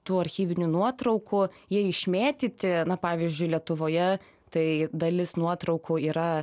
tų archyvinių nuotraukų jie išmėtyti na pavyzdžiui lietuvoje tai dalis nuotraukų yra